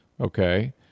okay